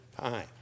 time